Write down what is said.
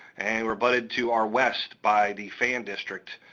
and we're abutted to our west by the fan district,